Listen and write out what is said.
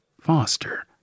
Foster